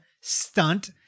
stunt